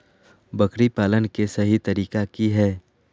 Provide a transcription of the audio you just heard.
बकरी पालन के सही तरीका की हय?